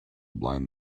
blind